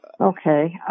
Okay